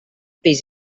pis